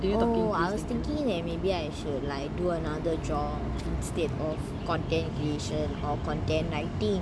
oh I was thinking that maybe I should like do another job instead of content creation or content writing